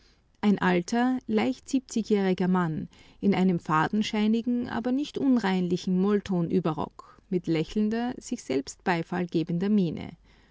sich ein alter leicht siebzigjähriger mann in einem fadenscheinigen aber nicht unreinlichen molltonüberrock mit lächelnder sich selbst beifall gebender miene